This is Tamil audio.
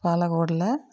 பாலக்கோடில்